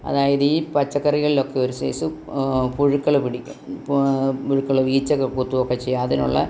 അതായത് ഈ പച്ചക്കറികളിലൊക്കെ ഒര് സൈസ് പുഴുക്കള് പിടിക്കും പുഴുക്കള് ഈച്ചയൊക്കെ കുത്തുകയൊക്കെ ചെയ്യും അതിനുള്ള